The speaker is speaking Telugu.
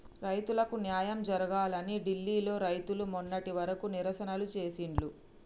రైతులకు న్యాయం జరగాలని ఢిల్లీ లో రైతులు మొన్నటి వరకు నిరసనలు చేసిండ్లు